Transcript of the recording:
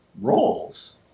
roles